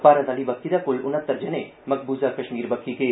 भारत आहली बक्खी दा कुल उनत्तर जने मकबूजा कष्मीर बक्खी गे